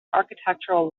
architectural